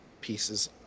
pieces